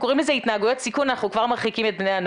את השיח עם בני הנוער.